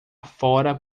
fora